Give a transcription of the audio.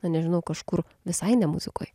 na nežinau kažkur visai ne muzikoj